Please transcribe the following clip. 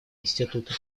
институты